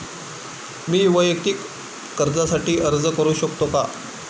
मी वैयक्तिक कर्जासाठी अर्ज करू शकतो का?